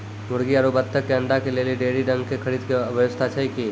मुर्गी आरु बत्तक के अंडा के लेली डेयरी रंग के खरीद के व्यवस्था छै कि?